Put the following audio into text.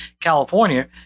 California